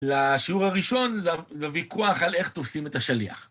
לשיעור הראשון, לוויכוח על איך תופסים את השליח.